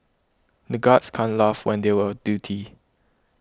the guards can't laugh when they were on duty